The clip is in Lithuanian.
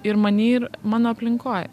ir many ir mano aplinkoje